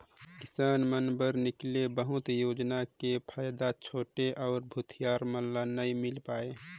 किसान मन बर निकाले बहुत योजना के फायदा छोटे अउ भूथियार मन ल नइ मिल पाये